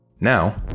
Now